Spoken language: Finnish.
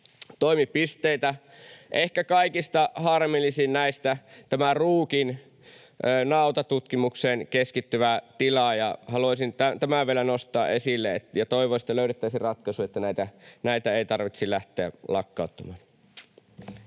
toimipisteitä. Ehkä kaikista harmillisin näistä on Ruukin nautatutkimukseen keskittyvä tila. Halusin tämän vielä nostaa esille, ja toivoisin, että löydettäisiin ratkaisu, että näitä ei tarvitse lähteä lakkauttamaan.